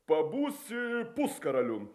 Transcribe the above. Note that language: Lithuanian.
pabūsi puskaralium